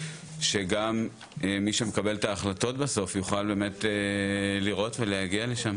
ושגם מי שמקבל את ההחלטות בסוף יוכל באמת לראות ולהגיע לשם.